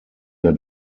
der